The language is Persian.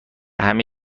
همه